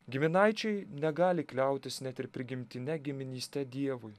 giminaičiai negali kliautis net ir prigimtine giminyste dievui